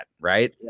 right